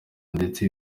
ndetse